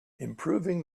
improving